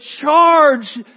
charge